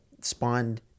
spawned